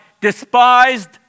despised